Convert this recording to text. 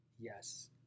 yes